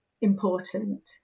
important